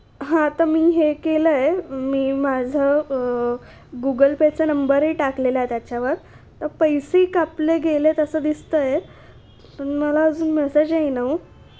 हां तं मी हे केलं आहे मी माझं गुगल पेचं नंबरही टाकलेला आहे त्याच्यावर तर पैसेही कापले गेले आहेत असं दिसतं आहे पण मला अजून मेसेज येईना ओ